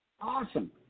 Awesome